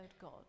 God